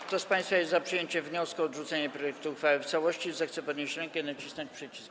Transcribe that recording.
Kto z państwa jest za przyjęciem wniosku o odrzucenie projektu uchwały w całości, zechce podnieść rękę i nacisnąć przycisk.